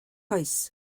oes